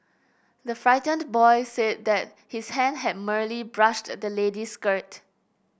the frightened boy said that his hand had merely brushed the lady's skirt